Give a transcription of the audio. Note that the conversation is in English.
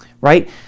right